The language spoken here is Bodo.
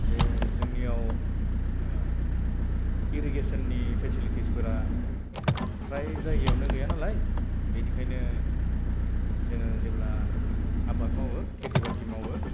जे जोंनियाव इरिगेसननि फेसिलिटिसफोरा फ्राय जायगायावनो गैया नालाय बेनिखायनो जोङो जेब्ला आबाद मावो खेति बाति मावो